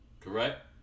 Correct